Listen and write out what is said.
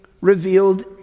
revealed